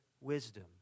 wisdom